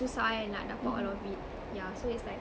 susah eh nak dapat all of it yeah so it's like